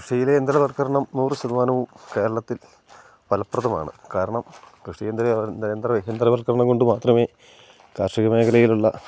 കൃഷിയിലെ യന്ത്രവൽക്കരണം നൂറ് ശതമാനവും കേരളത്തിൽ ഫലപ്രദമാണ് കാരണം കൃഷി യന്ത്രവൽക്കരണംകൊണ്ട് മാത്രമേ കാർഷിക മേഖലയിലുള്ള